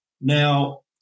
Now